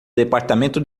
departamento